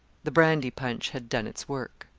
the brandy punch had done its work.